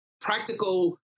practical